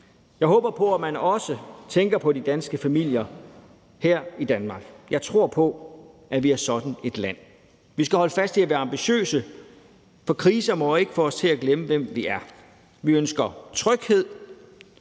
Jeg håber på, at man også tænker på de danske familier her i Danmark. Jeg tror på, at vi er sådan et land. Vi skal holde fast i at være ambitiøse, for kriser må ikke få os til at glemme, hvem vi er. Vi ønsker tryghed